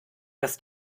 dass